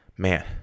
Man